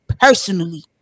personally